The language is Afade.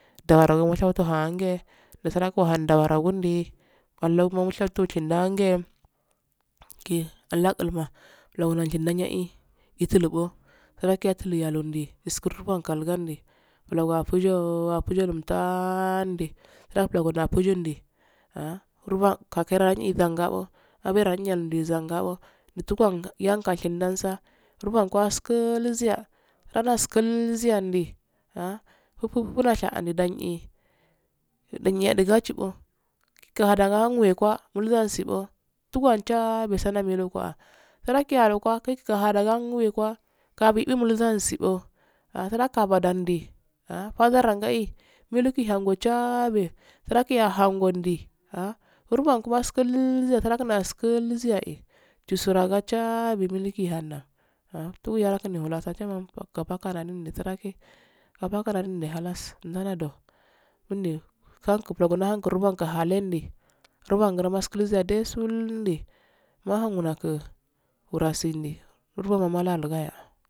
Dawara gi mushattu hange ndu suragi wohan dubara gi nedi wella u si mushattul shi nda hange gi laalguma bulan ji nayeldi gi ituibo surgi atytulu yandi iskuri tun yakaldi gula afunjooafijoon di hurfa kakedo rangi zangabbo zabera ndo yi zangabbo yutu go, yalsa shidan sa gu turban ko askuliya halas kulziyyandi hufufu da shandi danye, danye ya jigadubo kuhadan wadune ive ge mulhansi go tuguwa daa nesanome yelsuwa surasi a luguwa ki wohandaku wega gami dul si do asuranka abadan di banzanan yayi fulgiye han bo njabbe siragi ahondi ah fwanko mal kuliyya sanyi mal kusiya ye jusu di saran njabbe mulki yahanda ahtan yando rayaru ka paka da dui da suraki kapaka da dindi hadas dade don ndu nogun natunhallendi gumba gu hallendi guruban su majkubiyadesuldi mahun nunaguwurasindi guturangi makuyayo.